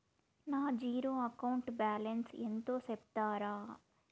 నా zero account balance ఎంతో సెప్తారా?